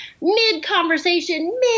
mid-conversation